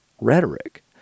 rhetoric